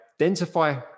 Identify